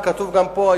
וכתוב גם פה,